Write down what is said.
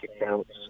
accounts